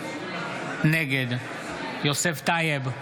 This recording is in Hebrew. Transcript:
נגד יוסף טייב,